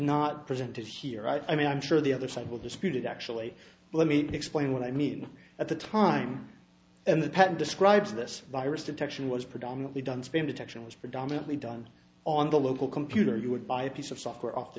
not presented here i mean i'm sure the other side will dispute it actually let me explain what i mean at the time and the patent describes this virus detection was predominantly done spam detection was predominantly done on the local computer you would buy a piece of software off the